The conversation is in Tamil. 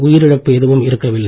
உயிரிழப்பு எதுவும் இருக்கவில்லை